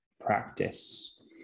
practice